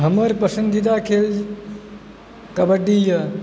हमर पसंदीदा खेल कबड्डी अछि